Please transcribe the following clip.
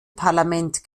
parlament